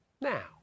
now